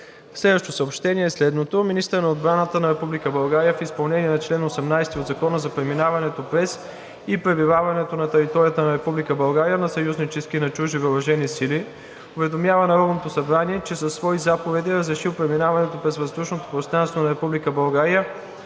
Следващото съобщение е следното: Министърът на отбраната на Република България в изпълнение на чл. 18 от Закона за преминаването през и пребиваването на територията на Република България на съюзнически и на чужди въоръжени сили уведомява Народното събрание, че със свои заповеди е разрешил преминаването през въздушното пространство на